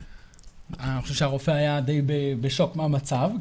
אני חושב שהרופא היה די בשוק מהמצב.